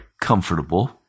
comfortable